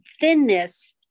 Thinness